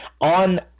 on